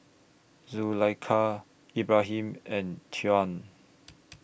Zulaikha Ibrahim and Tuah